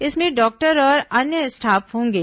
इसमें डॉक्टर और अन्य स्टाफ होंगे